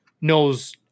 knows